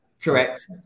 Correct